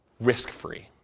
risk-free